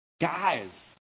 Guys